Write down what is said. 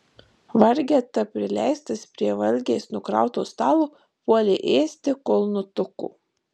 vargeta prileistas prie valgiais nukrauto stalo puolė ėsti kol nutuko